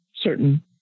certain